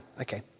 okay